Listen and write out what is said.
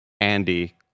Andy